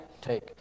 take